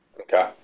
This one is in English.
Okay